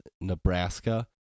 nebraska